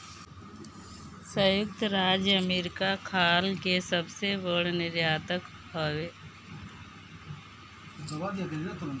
संयुक्त राज्य अमेरिका खाल के सबसे बड़ निर्यातक हवे